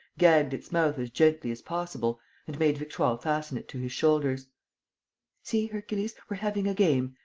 gagged its mouth as gently as possible and made victoire fasten it to his shoulders see, hercules? we're having a game.